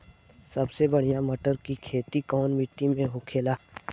सबसे बढ़ियां मटर की खेती कवन मिट्टी में होखेला?